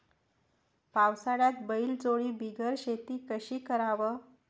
पावसाळ्यात बैलजोडी बिगर शेती कशी कराव?